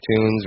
iTunes